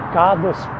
godless